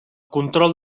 control